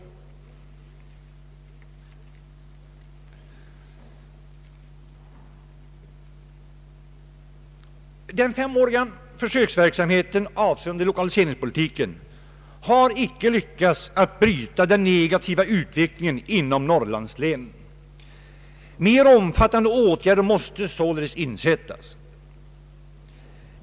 Den femåriga försöksverksamheten, avseende <:lokaliseringspolitiken, har icke lyckats bryta den negativa utvecklingen inom Norrlandslänen. Mera omfattande åtgärder måste således insättas.